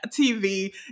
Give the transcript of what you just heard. TV